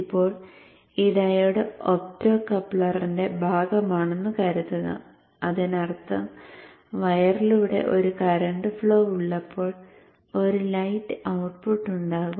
ഇപ്പോൾ ഈ ഡയോഡ് ഒപ്റ്റോകപ്ലറിന്റെ ഭാഗമാണെന്ന് കരുതുക അതിനർത്ഥം വയറിലൂടെ ഒരു കറന്റ് ഫ്ലോ ഉള്ളപ്പോൾ ഒരു ലൈറ്റ് ഔട്ട്പുട്ട് ഉണ്ടാകും